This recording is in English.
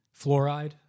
fluoride